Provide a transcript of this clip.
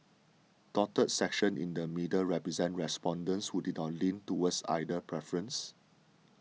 dotted sections in the middle represent respondents who did not lean towards either preference